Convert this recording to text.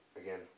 again